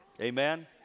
Amen